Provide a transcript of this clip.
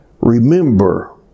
Remember